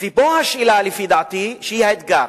פה השאלה, לפי דעתי, שהיא אתגר,